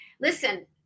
Listen